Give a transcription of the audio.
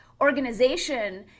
organization